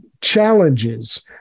challenges